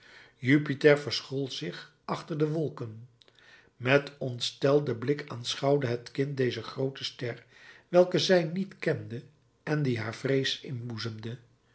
jupiter verschool zich achter de wolken met ontstelden blik aanschouwde het kind deze groote ster welke zij niet kende en die haar vrees inboezemde